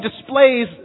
displays